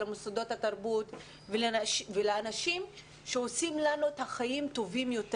למוסדות התרבות ולאנשים שעושים לנו את החיים טובים יותר.